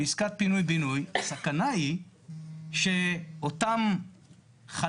בעסקת פינוי בינוי הסכנה היא שאותם חלקים